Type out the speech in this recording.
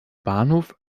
bahnhof